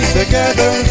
together